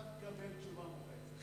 עכשיו תקבל תשובה מוחצת.